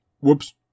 Whoops